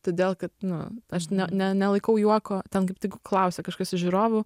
todėl kad nu aš ne ne nelaikau juoko ten kaip tik klausė kažkas iš žiūrovų